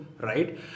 right